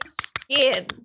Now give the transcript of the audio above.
skin